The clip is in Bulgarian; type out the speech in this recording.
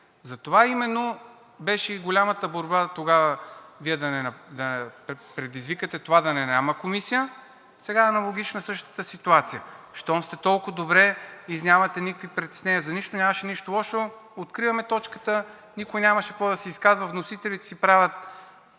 Затова именно беше и голямата борба тогава – Вие да предизвикате това да няма комисия. Сега е аналогична същата ситуация. Щом сте толкова добре и нямате никакви притеснения за нищо, нямаше нищо лошо – откриваме точката, никой нямаше за какво да се изказва, вносителите си правят